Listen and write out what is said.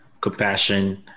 compassion